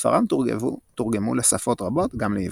ספריו תורגמו לשפות רבות, גם לעברית.